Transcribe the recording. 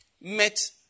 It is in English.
met